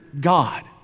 God